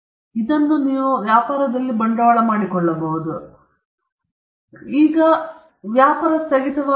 ಇತರರು ಮಾರ್ಕ್ ಅನ್ನು ಬಳಸಿದಾಗ ಮತ್ತು ಗುಣಮಟ್ಟವನ್ನು ನೀಡಲು ಸಾಧ್ಯವಾಗದಿದ್ದರೆ ಅವರು ಗುಣಮಟ್ಟವನ್ನು ನೀಡುತ್ತಿದ್ದರೂ ಮಾರ್ಕ್ ಹೋಲ್ಡರ್ ಅವರು ಅದನ್ನು ಬಳಸದಂತೆ ನಿಲ್ಲಿಸಬಹುದು ಮತ್ತು ನಿಲ್ಲಿಸಬಹುದು